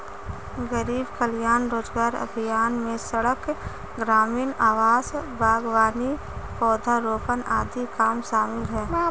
गरीब कल्याण रोजगार अभियान में सड़क, ग्रामीण आवास, बागवानी, पौधारोपण आदि काम शामिल है